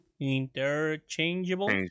interchangeable